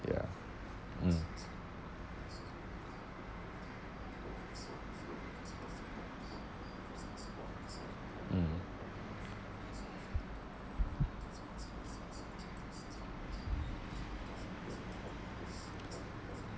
ya mm mm